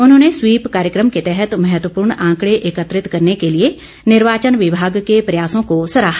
उन्होंने स्वीप कार्यक्रम के तहत महत्वपूर्ण आंकड़े एकत्रित करने के लिए निर्वाचन विभाग के प्रयासों को सराहा